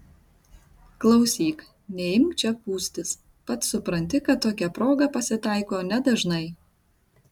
klausyk neimk čia pūstis pats supranti kad tokia proga pasitaiko nedažnai